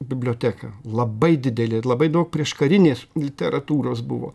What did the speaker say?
biblioteka labai didelė ir labai daug prieškarinės literatūros buvo